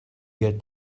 get